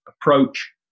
approach